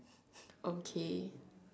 okay